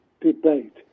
debate